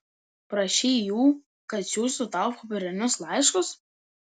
prašei jų kad siųstų tau popierinius laiškus